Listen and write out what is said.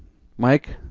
mike,